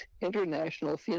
international